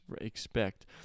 expect